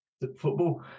football